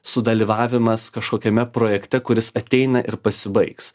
sudalyvavimas kažkokiame projekte kuris ateina ir pasibaigs